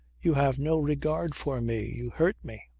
you have no regard for me. you hurt me.